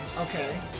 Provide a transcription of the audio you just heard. okay